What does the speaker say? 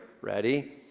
Ready